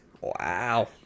Wow